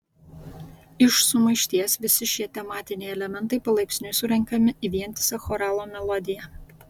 iš sumaišties visi šie tematiniai elementai palaipsniui surenkami į vientisą choralo melodiją